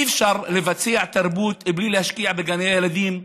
אי-אפשר לבצע תרבות בלי להשקיע בגני הילדים,